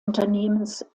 unternehmens